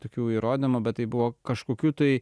tokių įrodymų bet tai buvo kažkokių tai